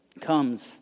comes